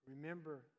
Remember